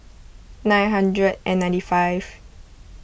nine hundred and ninety five